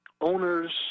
owners